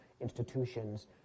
institutions